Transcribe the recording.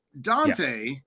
Dante